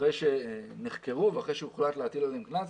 אחרי שנחקרו ואחרי שהוחלט להטיל עליהם קנס,